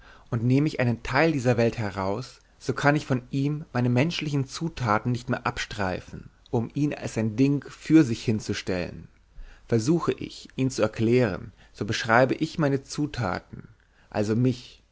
und nehme ich einen teil dieser welt heraus so kann ich von ihm meine menschlichen zutaten nicht mehr abstreifen um ihn als ein ding für sich hinzustellen versuche ich ihn zu erklären so beschreibe ich meine zutaten also mich